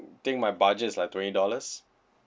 think my budget is like twenty dollars